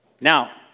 Now